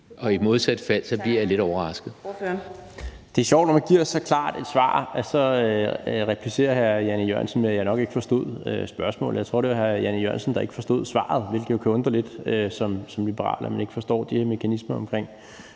Kl. 14:33 Rasmus Jarlov (KF): Det er sjovt, at når man giver så klart et svar, så replicerer hr. Jan E. Jørgensen, at jeg nok ikke forstod spørgsmålet. Jeg tror, det var hr. Jan E. Jørgensen, der ikke forstod svaret, og det kan undre lidt, at man som liberal ikke forstår de her mekanismer omkring